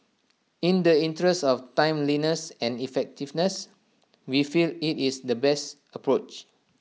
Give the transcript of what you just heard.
in the interest of timeliness and effectiveness we feel IT is the best approach